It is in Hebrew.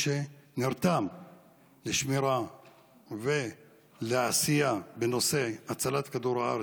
שנרתם לשמירה ולעשייה בנושא הצלת כדור הארץ,